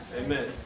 Amen